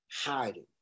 hiding